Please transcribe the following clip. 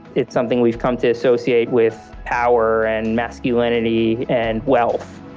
it's something we've come to associate with power and masculinity and wealth